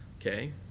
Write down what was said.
Okay